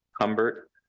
Humbert